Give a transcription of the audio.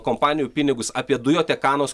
kompanijų pinigus apie dujotekanos